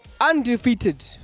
undefeated